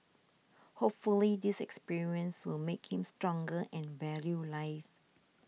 hopefully this experience will make him stronger and value life